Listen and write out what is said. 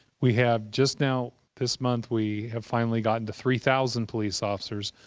we have just now this month we have finally gotten to three thousand police officers.